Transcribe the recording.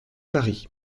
paris